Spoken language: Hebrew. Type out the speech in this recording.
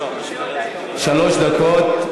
שלוש דקות.